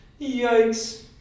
Yikes